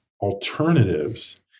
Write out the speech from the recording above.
alternatives